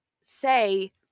say